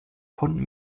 von